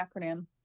acronym